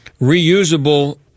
reusable